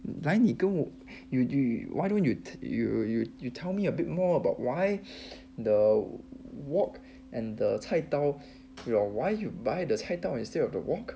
来你跟我 why don't you you you you tell me a bit more about why the wok and the 菜刀 your why you buy the 菜刀 instead of the wok